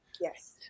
Yes